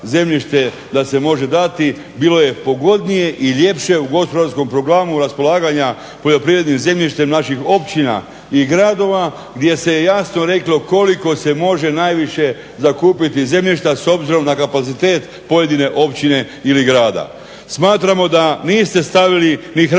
da se može dati. Bilo je pogodnije i ljepše u gospodarskom programu raspolaganja poljoprivrednim zemljištem naših općina i gradova gdje se jasno reklo koliko se može najviše zakupiti zemljišta s obzirom na kapacitet pojedine općine ili grada. Smatramo da niste stavili ni hrvatske